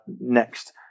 next